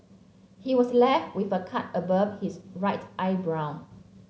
he was left with a cut above his right eyebrow